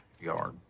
yard